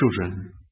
children